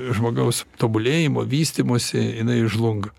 žmogaus tobulėjimo vystymosi jinai žlunga